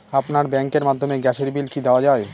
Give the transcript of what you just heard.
আপনার ব্যাংকের মাধ্যমে গ্যাসের বিল কি দেওয়া য়ায়?